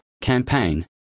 campaign